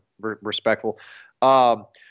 respectful